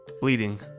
bleeding